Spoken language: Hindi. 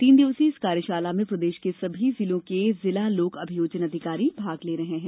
तीन दिवसीय इस कार्यशाला में प्रदेश के सभी जिलों के जिला लोक अभियोजन अधिकारी भाग ले रहे हैं